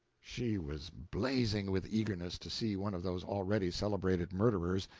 she was blazing with eagerness to see one of those already celebrated murderers,